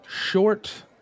short